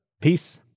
Peace